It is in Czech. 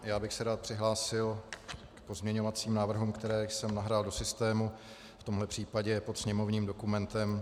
Já bych se rád přihlásil k pozměňovacím návrhům, které jsem nahrál do systému v tomhle případě pod sněmovním dokumentem 6312.